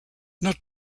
not